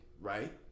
right